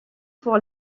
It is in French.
pour